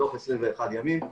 בתוך 21 ימים.